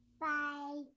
bye